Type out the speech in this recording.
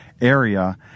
area